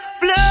blood